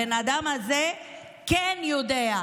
הבן אדם הזה כן יודע.